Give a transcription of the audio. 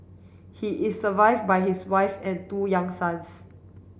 he is survive by his wife and two young sons